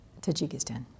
Tajikistan